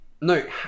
No